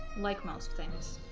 like most things